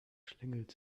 schlängelt